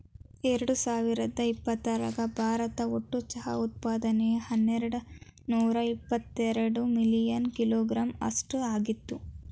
ಎರ್ಡಸಾವಿರದ ಇಪ್ಪತರಾಗ ಭಾರತ ಒಟ್ಟು ಚಹಾ ಉತ್ಪಾದನೆಯು ಹನ್ನೆರಡನೂರ ಇವತ್ತೆರಡ ಮಿಲಿಯನ್ ಕಿಲೋಗ್ರಾಂ ಅಷ್ಟ ಆಗಿತ್ತು